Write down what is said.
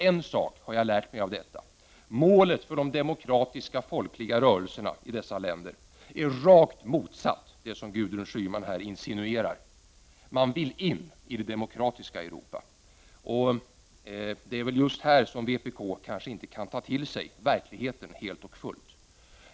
En sak har jag lärt mig av detta: Målet för de demokratiska, folkliga rörelserna i dessa länder är rakt motsatt det som Gudrun Schyman här insinuerar. Man vill in i det demokratiska Europa. Det är kanske just här som vpk inte helt och fullt kan ta till sig verkligheten.